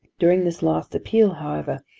during this last appeal, however,